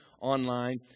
online